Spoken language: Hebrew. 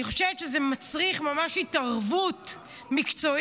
אני חושבת שזה מצריך ממש התערבות מקצועית,